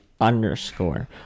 underscore